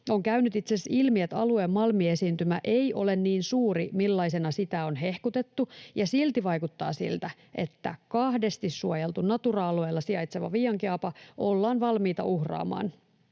On käynyt itse asiassa ilmi, että alueen malmiesiintymä ei ole niin suuri kuin millaisena sitä on hehkutettu, ja silti vaikuttaa siltä, että kahdesti suojeltu, Natura-alueella sijaitseva Viiankiaapa ollaan valmiita uhraamaan.